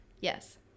Yes